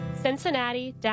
Cincinnati